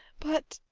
but